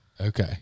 Okay